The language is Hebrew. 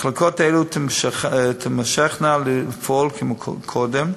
מחלקות אלו תמשכנה לפעול כמקודם,